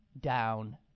down